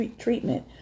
treatment